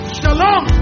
shalom